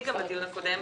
הקודם,